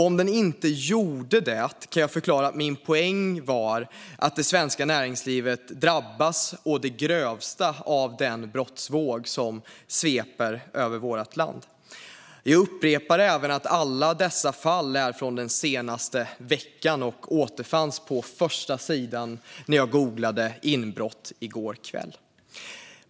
Om den inte gjort det kan jag förklara att min poäng är att det svenska näringslivet drabbas å det grövsta av den brottsvåg som sveper över vårt land. Jag upprepar även att alla dessa fall är från den senaste veckan och återfanns på första sidan när jag googlade "inbrott" i går kväll.